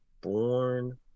born